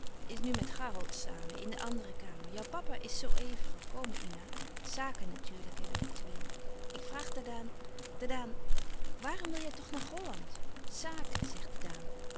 is nu met garold samen in de andere kamer jou papa is soo even gekomen ina saken natuurlijk hebben die twee ik vraag ddaan ddaan wàarom wil jij toch naar gholland saken zegt ddaan